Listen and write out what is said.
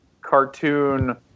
cartoon